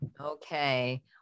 Okay